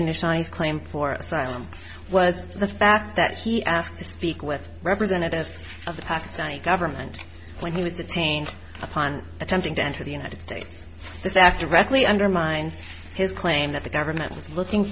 initialise claim for asylum was the fact that he asked to speak with representatives of the pakistani government when he was detained upon attempting to enter the united states this after directly undermines his claim that the government was looking